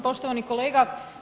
Poštovani kolega.